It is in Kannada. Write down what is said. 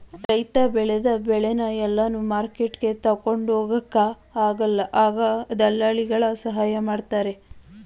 ರೈತ ಬೆಳೆದ ಬೆಳೆನ ಎಲ್ಲಾನು ಮಾರ್ಕೆಟ್ಗೆ ತಗೊಂಡ್ ಹೋಗೊಕ ಆಗಲ್ಲ ಆಗ ದಳ್ಳಾಲಿಗಳ ಸಹಾಯ ಮಾಡ್ತಾರೆ